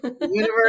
universe